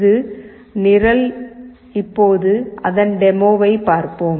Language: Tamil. இது நிரல் இப்போது அதன் டெமோவைப் பார்ப்போம்